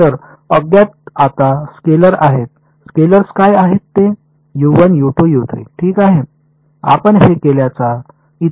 तर अज्ञात आता स्केलेर आहेत स्केलेर्स काय आहेत ते ठीक आहे आपण हे केल्याचा इतर कोणताही फायदा आपण पाहू शकता का